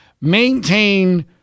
maintain